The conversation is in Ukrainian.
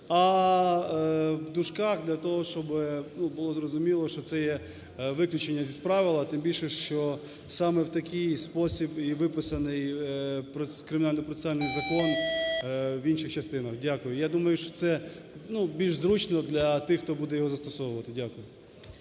а в дужках для того, щоб було зрозуміло, що це є виключення з правил. Тим більше, що саме в такий спосіб і виписаний кримінальний процесуальний закон в інших частинах. Дякую. Я думаю, що це більш зручно для тих, хто буде його застосовувати. Дякую.